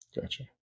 Gotcha